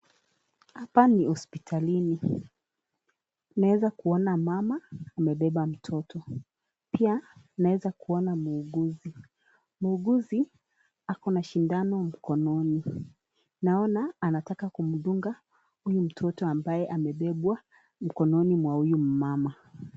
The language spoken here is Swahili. Hapa ni hospitalini, naweza kuona mama amebeba mtoto. Pia naweza kuona muuguzi . Muuguzi akona sindano mkononi. Naona anataka kumdunga huyu mtoto ambaye amebebwa mkononi wa huyu mama.